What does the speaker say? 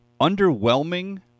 underwhelming